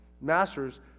masters